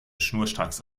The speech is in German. schnurstracks